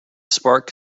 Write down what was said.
spark